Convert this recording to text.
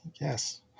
Yes